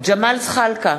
ג'מאל זחאלקה,